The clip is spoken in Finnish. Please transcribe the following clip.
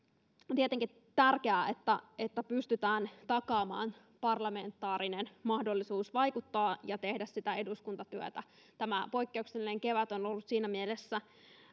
on tietenkin tärkeää että että pystytään takaamaan parlamentaarinen mahdollisuus vaikuttaa ja tehdä sitä eduskuntatyötä tämä poikkeuksellinen kevät on ollut siinä mielessä